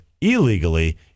illegally